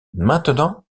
maintenant